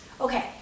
Okay